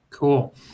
Cool